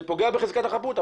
זה פוגע בחזקת החפות,